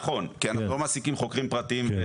נכון, כי אנחנו לא מעסיקים חוקרים פרטיים.